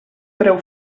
preu